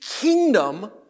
kingdom